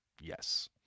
Yes